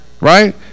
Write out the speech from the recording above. right